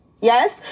yes